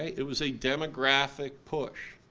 it was a demographic push.